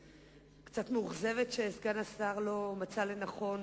אני קצת מאוכזבת שסגן השר לא מצא לנכון